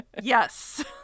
Yes